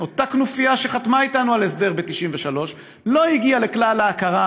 אותה כנופיה שחתמה איתנו על הסדר ב-1993 לא הגיעה לכלל ההכרה